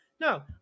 no